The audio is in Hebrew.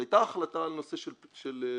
הייתה החלטה על נושא של פליטים,